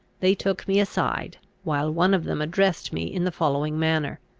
they took me aside, while one of them addressed me in the following manner